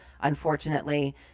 unfortunately